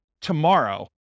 tomorrow